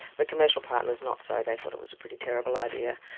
the commercial partners not so, they thought it was a pretty terrible idea.